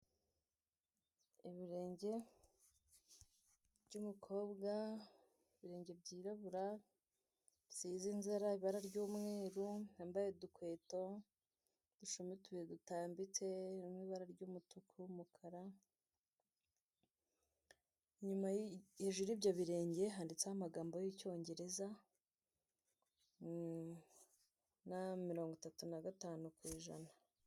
Ibirenge by'umukobwa, ibirenge byirabura, bisize inzara, ibara ry'umweru, wambaye udukweto, udushumi utubiri dutambitsemo ibara ry'umutuku, umukara, hejuru y'ibyo birenge handitseho amagambo y'Icyongereza, na mirongo itatu na gatanu ku ijana.